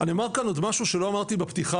אני אומר כאן עוד משהו שלא אמרתי בפתיחה